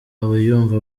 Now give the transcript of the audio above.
abayumva